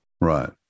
Right